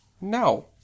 No